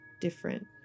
different